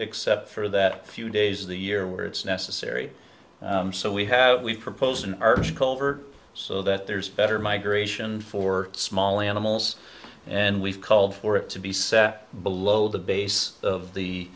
except for that few days of the year where it's necessary so we have we've proposed an article over so that there's better migration for small animals and we've called for it to be set below the base of the